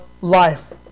life